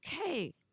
okay